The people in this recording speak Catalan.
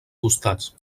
costats